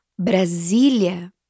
Brasília